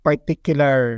Particular